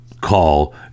call